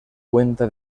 cuenta